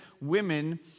women